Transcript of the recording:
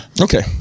Okay